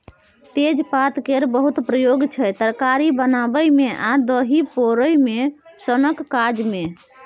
तेजपात केर बहुत प्रयोग छै तरकारी बनाबै मे आ दही पोरय सनक काज मे